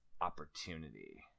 opportunity